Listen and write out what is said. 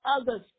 others